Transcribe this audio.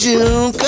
June